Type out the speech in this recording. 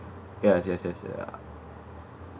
yes yes yes ya